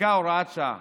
חוקקה הוראת שעה